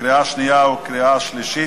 לקריאה שנייה וקריאה שלישית.